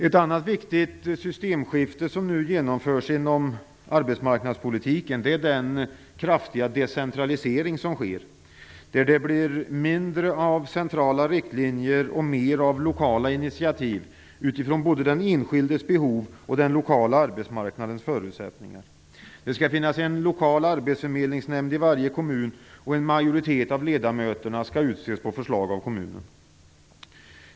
Ett annat viktigt systemskifte som nu genomförs inom arbetsmarknadspolitiken är den kraftiga decentralisering som sker, där det blir mindre av centrala riktlinjer och mer av lokala initiativ utifrån både den enskildes behov och den lokala arbetsmarknadens förutsättningar. Det skall finnas en lokal arbetsförmedlingsnämnd i varje kommun, och en majoritet av ledamöterna skall utses på förslag av kommunen.